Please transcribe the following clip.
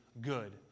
good